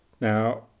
now